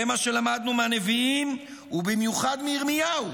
זה מה שלמדנו מהנביאים, ובמיוחד מירמיהו,